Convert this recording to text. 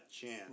chance